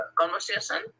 conversation